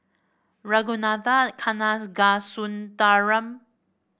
Ragunathar Kanagasuntheram